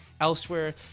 Elsewhere